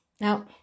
now